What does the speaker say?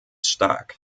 stark